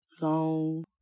long